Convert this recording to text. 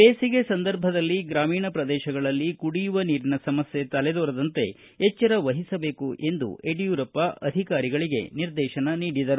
ಬೇಸಿಗೆ ಸಂದರ್ಭದಲ್ಲಿ ಗ್ರಾಮೀಣ ಪ್ರದೇಶಗಳಲ್ಲಿ ಕುಡಿಯುವ ನೀರಿನ ಸಮಸ್ಯೆ ತಲೆದೋರದಂತೆ ಎಚ್ವರವಹಿಸಬೇಕು ಎಂದು ಯಡಿಯೂರಪ್ಪ ಅಧಿಕಾರಿಗಳಿಗೆ ನಿರ್ದೇಶನ ನೀಡಿದರು